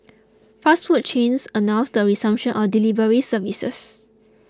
fast food chains announced the resumption of delivery services